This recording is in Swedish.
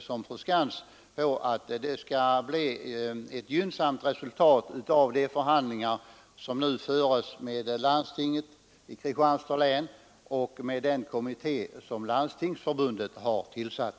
Jag hoppas liksom fru Skantz på ett gynnsamt resultat av de förhandlingar som nu förs med landstinget i Kristianstads län och med den kommitté som Landstingsförbundet har tillsatt.